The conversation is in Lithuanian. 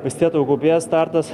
vis tiek tu kaupies startas